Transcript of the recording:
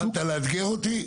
החלטת לאתגר אותי?